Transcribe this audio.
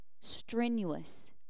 strenuous